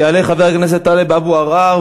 יעלה חבר הכנסת טלב אבו עראר,